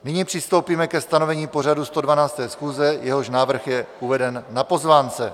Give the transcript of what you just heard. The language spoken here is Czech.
Nyní přistoupíme ke stanovení pořadu 112. schůze, jehož návrh je uveden na pozvánce.